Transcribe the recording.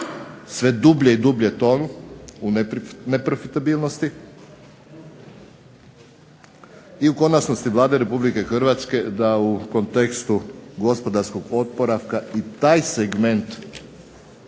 sve dublje i dublje tonu u neprofitabilnosti. I u konačnosti Vlade Republike Hrvatske da u kontekstu gospodarskog oporavka i taj segment